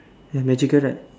ya magical right